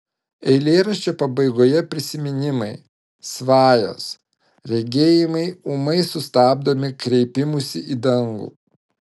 eilėraščio pabaigoje prisiminimai svajos regėjimai ūmai sustabdomi kreipimusi į dangų